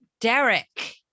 Derek